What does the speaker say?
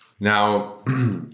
Now